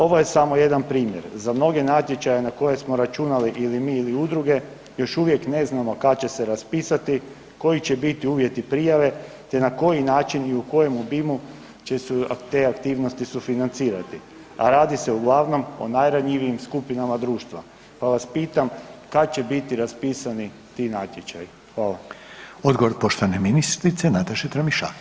Ovo je samo jedan primjer za mnoge natječaje na koje smo računali ili mi ili udruge, još uvijek ne znamo kad će se raspisati, koji će biti uvjeti prijave te na koji način i u kojem obimu će se te aktivnosti sufinancirati, a radi se uglavnom o najranjivijim skupinama društva pa vas pitam, kad će biti raspisani ti natječaji.